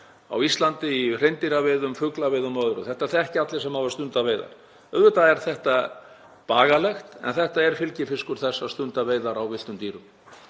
á Íslandi í hreindýraveiðum, fuglaveiðum og öðru. Þetta þekkja allir sem hafa stundað veiðar. Auðvitað er þetta bagalegt en þetta er fylgifiskur þess að stunda veiðar á villtum dýrum.